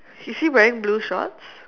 is he wearing blue shorts